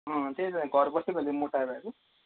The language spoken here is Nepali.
अँ त्यही त घर बसेकोले मोटाएर कि